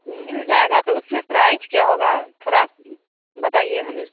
मिल जाएगा तो उसमें प्राइज क्या होगा थोड़ा बताइए हमें